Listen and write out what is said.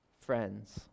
friends